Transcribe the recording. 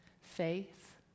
faith